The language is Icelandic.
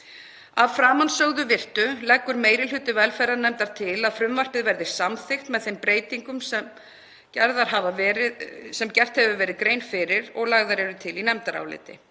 Að framansögðu virtu leggur meiri hluti velferðarnefndar til að frumvarpið verði samþykkt með þeim breytingum sem gerð hefur verið grein fyrir og lagðar eru til í nefndaráliti.